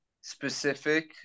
specific